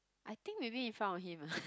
I think maybe in front of him